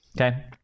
Okay